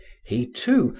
he, too,